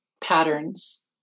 patterns